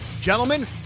Gentlemen